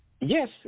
Yes